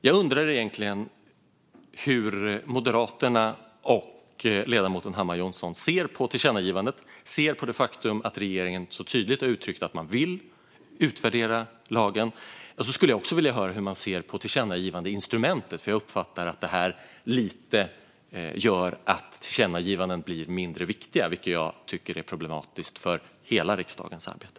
Jag undrar hur Moderaterna och ledamoten Hammar Johnsson ser på förslaget till tillkännagivandet och på det faktum att regeringen tydligt uttryckt att man vill utvärdera lagen. Sedan skulle jag vilja höra hur man ser på tillkännagivandeinstrumentet. Jag uppfattar att detta gör att tillkännagivanden blir mindre viktiga, vilket jag tycker blir problematiskt för hela riksdagens arbete.